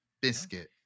Biscuit